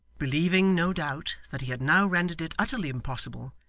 believing, no doubt, that he had now rendered it utterly impossible,